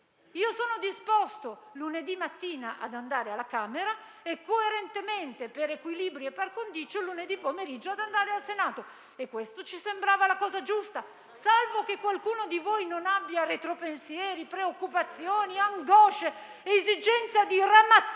comunicazioni lunedì mattina alla Camera e coerentemente, per equilibrio e *par condicio,* lunedì pomeriggio al Senato. Questa ci sembra la cosa giusta, salvo che qualcuno di voi non abbia retropensieri, preoccupazioni, angosce, esigenza di ramazzare